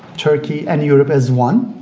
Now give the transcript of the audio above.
turkey and europe as one.